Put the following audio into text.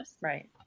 Right